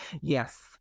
Yes